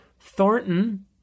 thornton